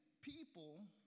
people